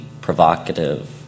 provocative